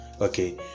Okay